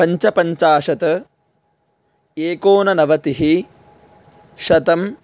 पञ्चपञ्चाशत् एकोननवतिः शतं